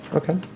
okay.